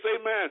amen